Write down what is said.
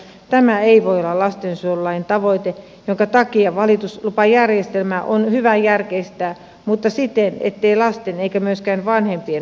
tämä ei voi olla lastensuojelulain tavoite minkä takia valituslupajärjestelmää on hyvä järkeistää mutta siten ettei lasten eikä myöskään vanhempien oikeusturva heikkene